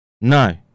No